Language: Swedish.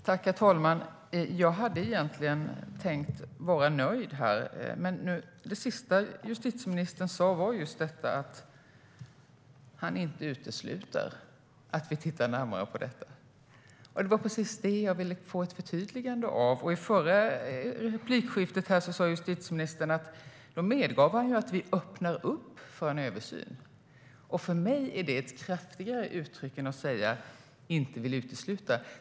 Herr talman! Jag hade egentligen tänkt nöja mig, men det sista justitieministern sa var just detta att han inte utesluter att vi tittar närmare på detta. Det var precis det jag ville få ett förtydligande av. I förra replikskiftet medgav justitieministern att vi öppnar upp för en översyn. För mig är det ett kraftigare uttryck än att säga att man inte vill utesluta.